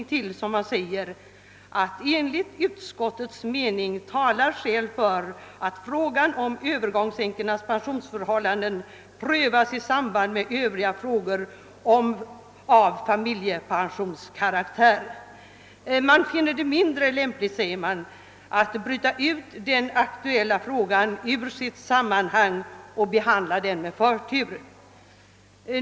Utskottet skriver: »Enligt utskottets mening talar skäl för att frågan om Öövergångsänkornas pensionsförhållande prövas i samband med övriga frågor av familjepensionskaraktär.» Man finner det mindre lämpligt att bryta ut den aktuella frågan ur dess sammanhang och behandla den med förtur.